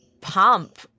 pump